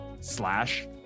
slash